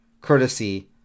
courtesy